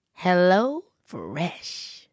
HelloFresh